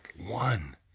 one